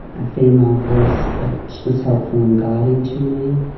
a female voice that was helpful and guiding to me.